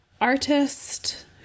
artist